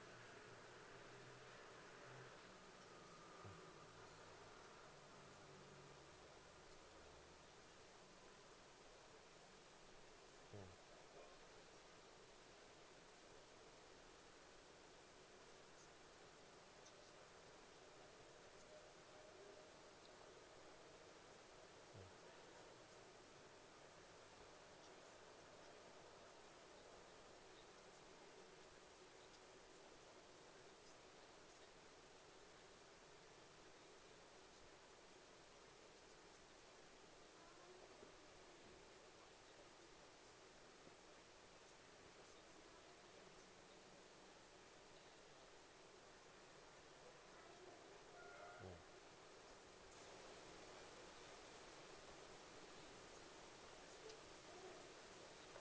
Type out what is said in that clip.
mm mm mm